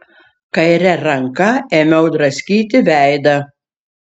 kaire ranka ėmiau draskyti veidą